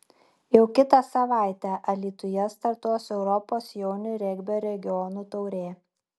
jau kitą savaitę alytuje startuos europos jaunių regbio regionų taurė